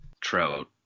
Trout